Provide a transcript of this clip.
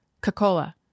Coca-Cola